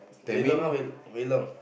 very long ah very long